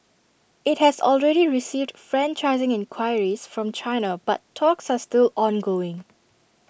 IT has already received franchising enquiries from China but talks are still ongoing